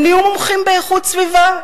הם נעשו מומחים לאיכות סביבה.